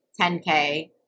10K